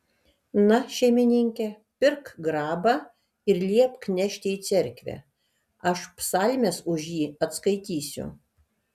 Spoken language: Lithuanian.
na šeimininke pirk grabą ir liepk nešti į cerkvę aš psalmes už jį atskaitysiu